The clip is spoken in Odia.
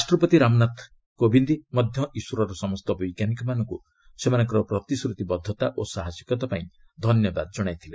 ରାଷ୍ଟ୍ରପତି ରାମନାଥ ମଧ୍ୟ ଇସ୍ରୋର ସମସ୍ତ ବୈଜ୍ଞାନିକମାନଙ୍କୁ ସେମାନଙ୍କର ପ୍ରତିଶ୍ରତିବଦ୍ଧତା ଓ ସାହସିକତା ପାଇଁ ଧନ୍ୟବାଦ ଜଣାଇଥିଲେ